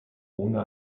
ohne